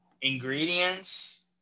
ingredients